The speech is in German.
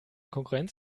konkurrenz